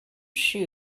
shoe